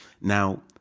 Now